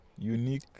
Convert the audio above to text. unique